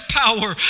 power